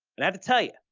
and i have to tell you,